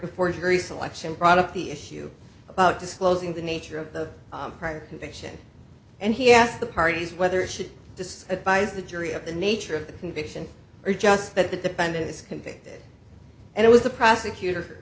before jury selection brought up the issue about disclosing the nature of the prior conviction and he asked the parties whether it should just advise the jury of the nature of the conviction or just that the defendant is convicted and it was the prosecutor